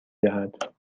دهد